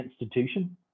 institution